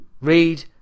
Read